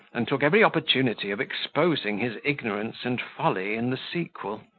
and took every opportunity of exposing his ignorance and folly in the sequel.